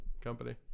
company